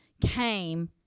came